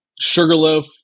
Sugarloaf